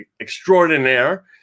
extraordinaire